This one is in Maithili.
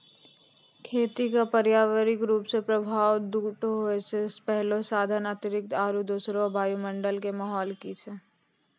खेती क पर्यावरणीय प्रभाव दू ठो होय छै, पहलो साधन आधारित आरु दोसरो वायुमंडल कॅ माहौल की छै